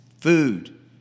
food